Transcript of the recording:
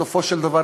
בסופו של דבר,